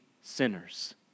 sinners